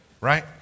right